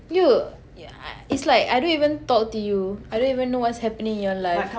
you uh it's like I don't even talk to you I don't even know what's happening in your life